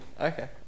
Okay